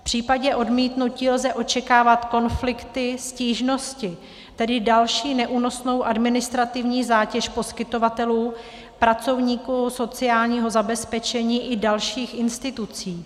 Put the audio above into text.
V případě odmítnutí lze očekávat konflikty, stížnosti, tedy další neúnosnou administrativní zátěž poskytovatelů, pracovníků sociálního zabezpečení i dalších institucí.